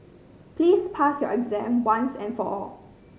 please pass your exam once and for all